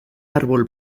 árbol